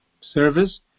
service